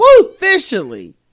officially